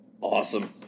Awesome